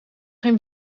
geen